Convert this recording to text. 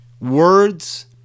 words